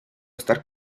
estar